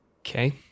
Okay